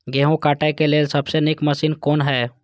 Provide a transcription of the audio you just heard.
गेहूँ काटय के लेल सबसे नीक मशीन कोन हय?